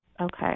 Okay